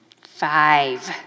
Five